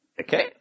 Okay